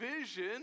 vision